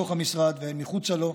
הן בתוך המשרד והן מחוצה לו,